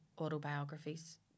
Autobiographies